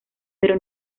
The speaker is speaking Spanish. pero